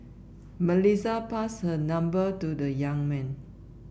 Melissa passed her number to the young man